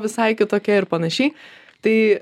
visai kitokia ir panašiai tai